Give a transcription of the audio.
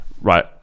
Right